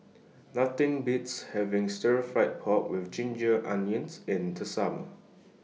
Nothing Beats having Stir Fried Pork with Ginger Onions in The Summer